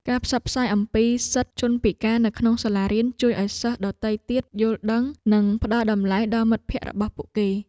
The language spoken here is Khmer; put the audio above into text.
ការផ្សព្វផ្សាយអំពីសិទ្ធិជនពិការនៅក្នុងសាលារៀនជួយឱ្យសិស្សដទៃទៀតយល់ដឹង និងផ្តល់តម្លៃដល់មិត្តភក្តិរបស់ពួកគេ។